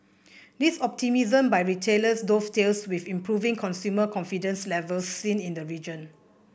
this optimism by retailers dovetails with improving consumer confidence levels seen in the region